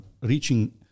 reaching